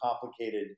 complicated